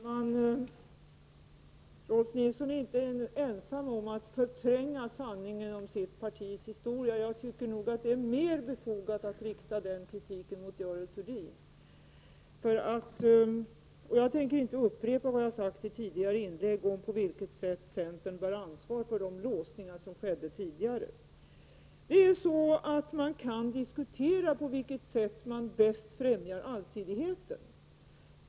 Herr talman! Rolf L Nilson är inte ensam om att förtränga sanningen om sitt partis historia. Jag tycker nog att det är mer befogat att rikta den kritiken mot Görel Thurdin. Jag tänker inte upprepa vad jag har sagt i tidigare inlägg om på vilket sätt centern bär ansvar för de låsningar som uppstod tidigare. Man kan diskutera på vilket sätt man bäst främjar allsidigheten.